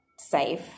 safe